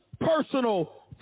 personal